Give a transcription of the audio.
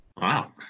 Wow